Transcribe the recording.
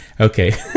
Okay